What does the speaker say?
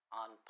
on